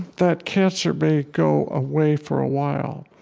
that cancer may go away for a while,